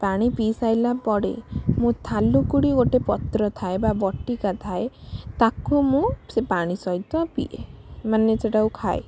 ପାଣି ପି ସାଇଲା ପରେ ମୁଁ ଥାଳୁକୁଡ଼ି ଗୋଟେ ପତ୍ର ଥାଏ ବା ବଟିକା ଥାଏ ତାକୁ ମୁଁ ସେ ପାଣି ସହିତ ପିଏ ମାନେ ସେଇଟାକୁ ଖାଏ